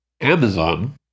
Amazon